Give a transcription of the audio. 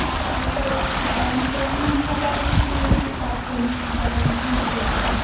हाँ मैम तो ये जर्नी हमको कल कितने बजे से स्टार्ट करनी है बता दीजिए न थोड़ा सा